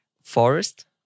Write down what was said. Forest